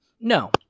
No